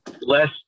less